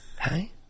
Hey